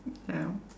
ya